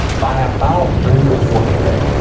by about third or fourth